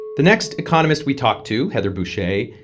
the next economist we talked to, heather boushey,